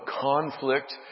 conflict